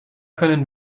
können